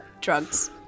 Drugs